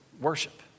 worship